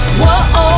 whoa